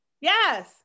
Yes